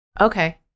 Okay